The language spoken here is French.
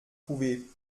trouver